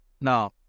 No